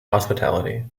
hospitality